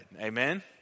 Amen